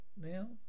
now